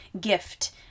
gift